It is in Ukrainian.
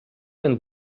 він